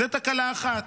זאת תקלה אחת.